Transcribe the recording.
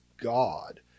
God